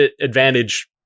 advantage